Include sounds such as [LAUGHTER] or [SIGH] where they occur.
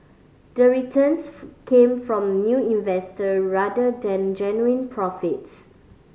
the returns [UNINTELLIGIBLE] came from new investor rather than genuine profits